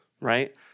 Right